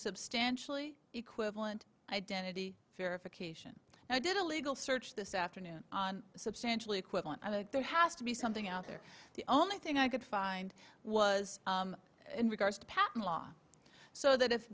substantially equivalent identity verification and i did a legal search this afternoon on a substantially equivalent i know there has to be something out there the only thing i could find was in regards to patent law so that i